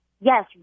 Yes